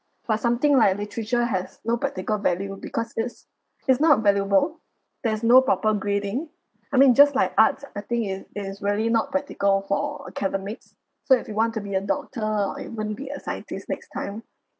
but something like literature has no practical value because it's it's not valuable there's no proper grading I mean just like arts I think is is really not practical for academics so if you want to be a doctor if you want to be a scientists next time